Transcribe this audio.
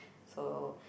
so